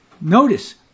notice